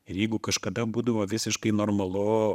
ir jeigu kažkada būdavo visiškai normalu